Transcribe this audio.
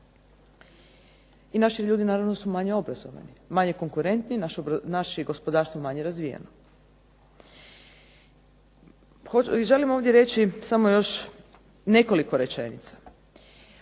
i naši ljudi naravno su manje obrazovani, manje konkurentni, naše je gospodarstvo manje razvijeno. Želim ovdje reći samo još nekoliko rečenica.